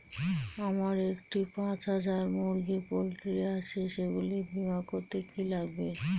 আমার একটি পাঁচ হাজার মুরগির পোলট্রি আছে সেগুলি বীমা করতে কি লাগবে?